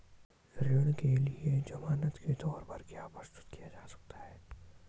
ऋण के लिए ज़मानात के तोर पर क्या क्या प्रस्तुत किया जा सकता है?